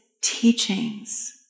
teachings